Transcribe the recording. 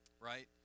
right